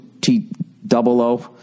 T-double-O